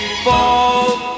fall